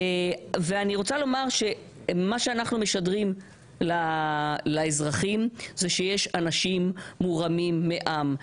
אני רוצה לומר שמה שאנחנו משדרים לאזרחים זה שיש אנשים מורמים מעם.